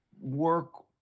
work